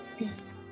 Yes